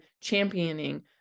championing